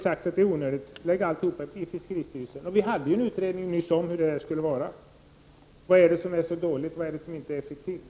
Lägg allt på fiskeristyrelsen. Alldeles nyligen gjordes en utredning om det. Vad är det som är så dåligt. och vad är det som inte är effektivt?